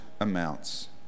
amounts